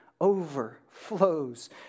overflows